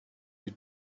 you